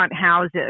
houses